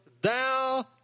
thou